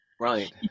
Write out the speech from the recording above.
Right